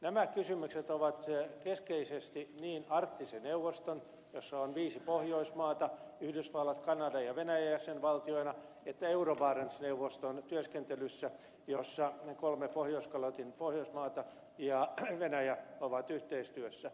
nämä kysymykset ovat keskeisesti niin arktisen neuvoston jossa on viisi pohjoismaata yhdysvallat kanada ja venäjä jäsenvaltioina kuin euro barents neuvoston työskentelyssä jossa kolme pohjoiskalotin pohjoismaata ja venäjä ovat yhteistyössä